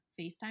FaceTime